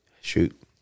Shoot